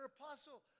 apostle